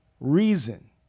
reason